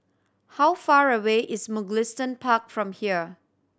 how far away is Mugliston Park from here